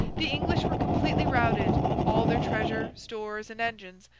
the english were completely routed all their treasure, stores, and engines,